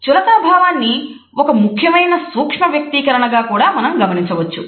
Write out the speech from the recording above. చులకన భావాన్ని ఒక ముఖ్యమైన సూక్ష్మ వ్యక్తీకరణగా కూడా మనం గమనించవచ్చు